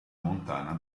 montana